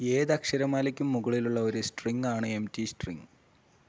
ഏത് അക്ഷരമാലയ്ക്കും മുകളിലുള്ള ഒരു സ്ട്രിങ്ങ് ആണ് എംപ്റ്റി സ്ട്രിംഗ്